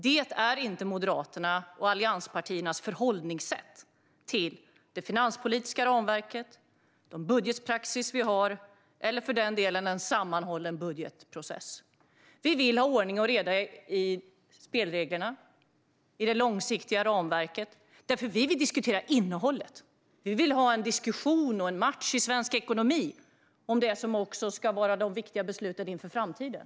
Detta är inte Moderaternas och allianspartiernas förhållningssätt till det finanspolitiska ramverket och till den budgetpraxis vi har, eller för den delen till en sammanhållen budgetprocess. Vi vill ha ordning och reda i spelreglerna och i det långsiktiga ramverket. Vi vill diskutera innehållet - vi vill ha en diskussion och en match i svensk ekonomi om de viktiga besluten inför framtiden.